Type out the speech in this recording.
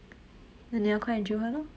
then 你要快点求婚 lor